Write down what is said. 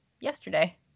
yesterday